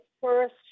first